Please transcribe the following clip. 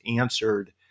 answered